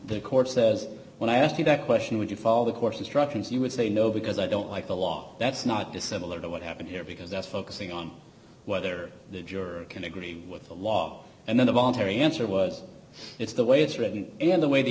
course says when i ask you that question when you follow the course instructions you would say no because i don't like the law that's not dissimilar to what happened here because that's focusing on whether the jury can agree with the law and then the voluntary answer was it's the way it's written and the way the